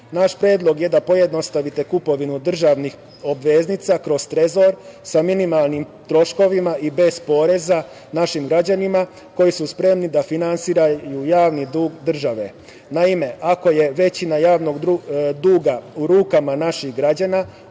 Naš predlog je da pojednostavite kupovinu državnih obveznica kroz Trezor, sa minimalnim troškovima i bez poreza našim građanima koji su spremni da finansiraju javni dug države. Naime, ako je većina javnog duga u rukama naših građana,